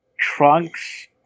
trunks